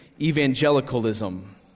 evangelicalism